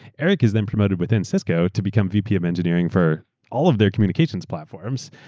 eric is then promoted within cisco to become vp of engineering for all of their communications platforms.